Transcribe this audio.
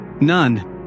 None